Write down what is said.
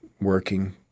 working